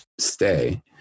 stay